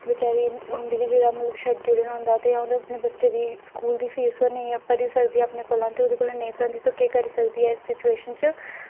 बचैरी गी छड्डी ओड़े दा होंदा ते ओह्दे अपने बच्चे दी स्कूल दी फीस ओह् नेईं भरी सकदी अपने कोला ते ओह्दे कोला नेईं भरोंदी ते केह् ओह् करी सकदी ऐ इस सिचुएशन च